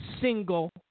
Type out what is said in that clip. single